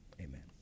amen